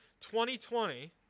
2020